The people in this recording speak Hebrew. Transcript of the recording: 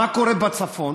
מה קורה בצפון?